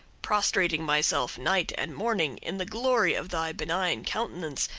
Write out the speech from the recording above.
prostrating myself night and morning in the glory of thy benign countenance,